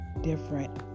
different